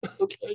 okay